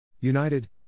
United